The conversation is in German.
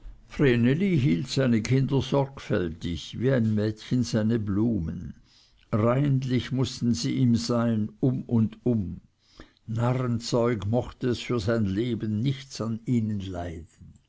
seine kinder sorgfältig wie ein mädchen seine blumen reinlich mußten sie ihm sein um und um narrenzeug mochte es für sein leben nichts an ihnen leiden